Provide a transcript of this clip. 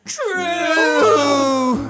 True